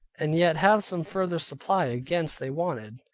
and yet have some further supply against they wanted.